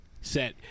set